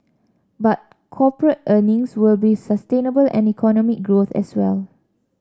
but corporate earnings will be sustainable and economic growth as well